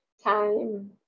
time